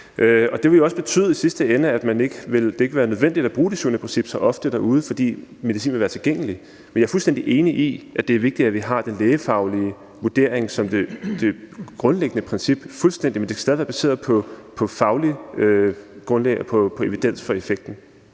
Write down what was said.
det vil jo i sidste ende også betyde, at det ikke vil være nødvendigt at bruge det syvende princip så ofte derude, fordi medicinen vil være tilgængelig. Jeg er fuldstændig enig i, at det er vigtigt, at vi har den lægefaglige vurdering som det grundlæggende princip – fuldstændig – men det skal stadig være baseret på et fagligt grundlag og på evidens for effekten,